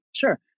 Sure